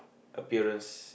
appearance